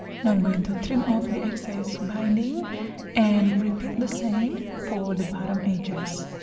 now i'm going to trim off the excess binding and repeat the same for the bottom edges